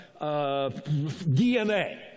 DNA